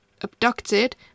abducted